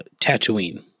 Tatooine